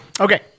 Okay